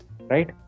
Right